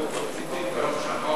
נתקבל.